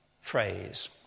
phrase